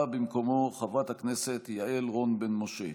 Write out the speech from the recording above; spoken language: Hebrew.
באה במקומו חברת הכנסת יעל רון בן משה.